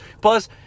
Plus